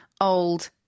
old